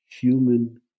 human